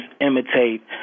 imitate